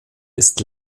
ist